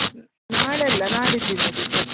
ನಾಳೆ ಅಲ್ಲ ನಾಡಿದ್ದಿಂದ ಟೀಚರ್